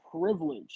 privilege